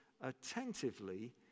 attentively